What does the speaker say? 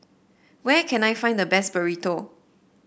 where can I find the best Burrito